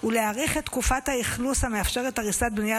ולהאריך את תקופת האכלוס המאפשרת הריסת בנייה